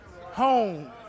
home